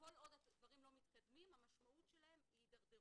כל עוד הדברים לא מתקדמים המשמעות שלהם היא הידרדרות.